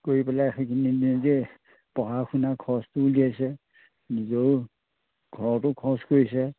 কৰি পেলাই সেইখিনি নিজেই পঢ়া শুনাৰ খৰচখিনি উলিয়াইছে নিজৰো ঘৰতো খৰচ কৰিছে